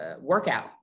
workout